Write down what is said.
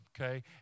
okay